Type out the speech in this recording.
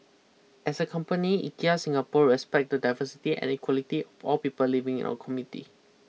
as a company Ikea Singapore respect to the diversity and equality of all people living in our community